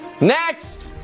Next